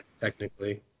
technically